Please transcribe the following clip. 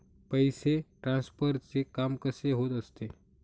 पैसे ट्रान्सफरचे काम कसे होत असते?